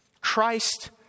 Christ